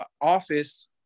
office